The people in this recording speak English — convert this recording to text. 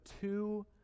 two